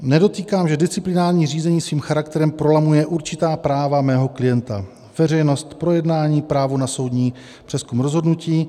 Nedotýkám (?), že disciplinární řízení svým charakterem prolamuje určitá práva mého klienta veřejnost projednání, právo na soudní přezkum rozhodnutí.